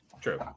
True